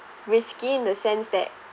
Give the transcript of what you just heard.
risky in the sense that